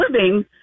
living